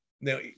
Now